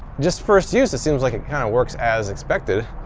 just first-use it seems like it kind of works as expected.